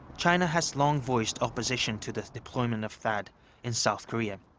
china has long voiced opposition to the deployment of thaad in south korea.